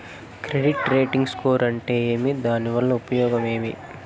Credit rating score అంటే ఏమి దాని వల్ల ఉపయోగం ఏమి?